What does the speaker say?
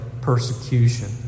persecution